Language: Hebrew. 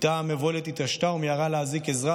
בתה המבוהלת התעשתה ומיהרה להזעיק עזרה